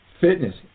fitness